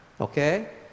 Okay